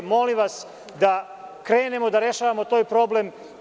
Molim vas da krenemo da rešavamo taj problem.